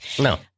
No